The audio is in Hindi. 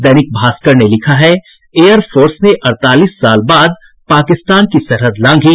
दैनिक भास्कर ने लिखा है एयरफोर्स ने अड़तालीस साल बाद पाकिस्तान की सरहद लांघी